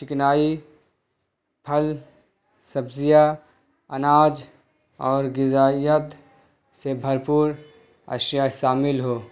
چکنائی پھل سبزیاں اناج اور غذائیت سے بھرپور اشیاء شامل ہوں